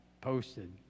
posted